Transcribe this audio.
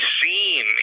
seen